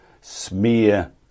smear